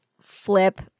flip